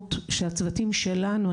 האלימות שהצוותים שלנו,